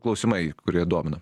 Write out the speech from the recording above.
klausimai kurie domina